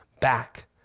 back